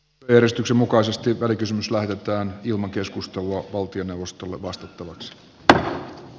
työjärjestyksen mukaisesti välikysymys lähetetään ilman keskustelua popin mustulvasta tullut a